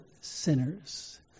sinners